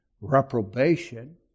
reprobation